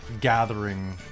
gathering